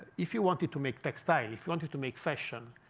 if you wanted to make textile, if you wanted to make fashion,